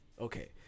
okay